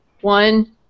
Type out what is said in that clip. one